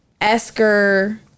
Esker